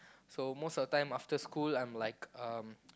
so most of the time after school I'm like uh